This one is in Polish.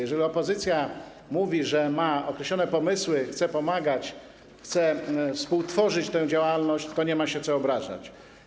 Jeżeli opozycja mówi, że ma określone pomysły, chce pomagać, chce współtworzyć tę działalność, to nie ma się co obrażać.